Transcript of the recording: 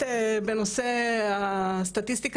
(שקף: האם באמת יש פערים?) אני עוסקת בנושא הסטטיסטיקה